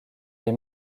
les